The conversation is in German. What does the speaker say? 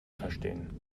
verstehen